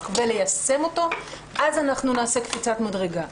וליישם אותו אז אנחנו נעשה קפיצת מדרגה.